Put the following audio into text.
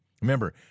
Remember